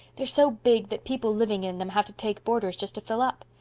they're so big that people living in them have to take boarders just to fill up.